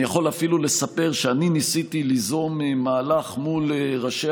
אני יכול אפילו לספר שאני ניסיתי ליזום מהלך מול ראשי